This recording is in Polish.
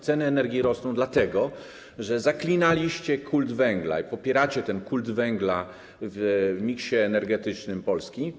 Ceny energii rosną, dlatego że zaklinaliście kult węgla i popieracie kult węgla w miksie energetycznym Polski.